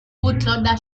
bootloader